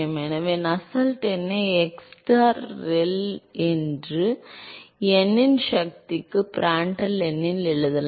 எனவே நஸ்ஸெல்ட் எண்ணை xstar ReL என்று n இன் சக்திக்கு Prandtl இல் எழுதலாம்